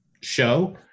show